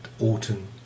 autumn